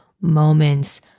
moments